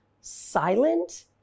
silent